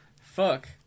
Fuck